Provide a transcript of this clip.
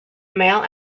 male